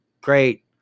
great